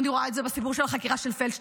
ואני רואה את זה בסיפור של החקירה של פלדשטיין.